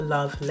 Love